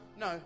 No